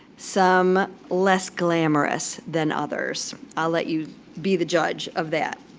some less glamorous than others. i'll let you be the judge of that,